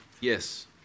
Yes